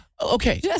okay